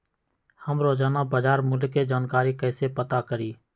हम रोजाना बाजार मूल्य के जानकारी कईसे पता करी?